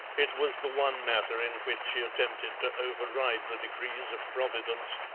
it was the one matter in which she attempted to override the decrees of providence,